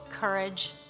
courage